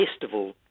festival